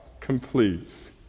completes